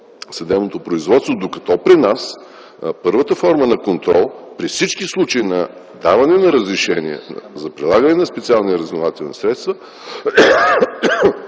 съдебното производство, докато при нас първата форма на контрол при всички случаи на даване на разрешение за прилагане на специални разузнавателни средства